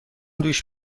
دوش